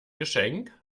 geschenk